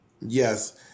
Yes